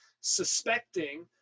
suspecting